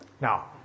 Now